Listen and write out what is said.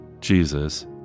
jesus